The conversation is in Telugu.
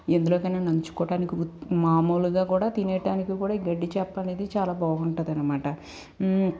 ఎందులోకైనా నంచుకోవడానికి ఉత్తి మామూలుగా కూడా తినేయడానికి కూడా గడ్డి చేప అనేది చాలా బాగుంటుంది అనమాట